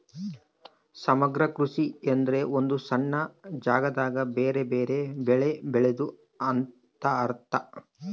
ಸಮಗ್ರ ಕೃಷಿ ಎಂದ್ರ ಒಂದು ಸಣ್ಣ ಜಾಗದಾಗ ಬೆರೆ ಬೆರೆ ಬೆಳೆ ಬೆಳೆದು ಅಂತ ಅರ್ಥ